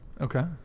Okay